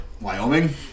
Wyoming